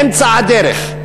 באמצע הדרך,